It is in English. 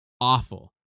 awful